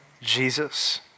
Jesus